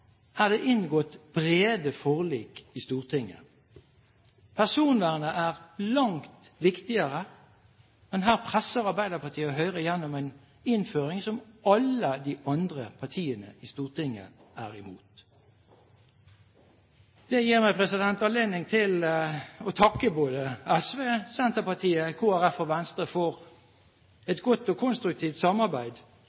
er det inngått brede forlik i Stortinget. Personvernet er langt viktigere, men her presser Arbeiderpartiet og Høyre gjennom en innføring som alle de andre partiene i Stortinget er imot. Det gir meg anledning til å takke både SV, Senterpartiet, Kristelig Folkeparti og Venstre for